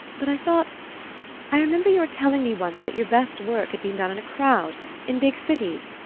but i thought i remember your telling me once that your best work had been done in a crowd in big cities.